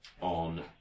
on